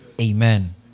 Amen